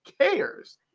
cares